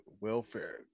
welfare